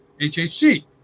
HHC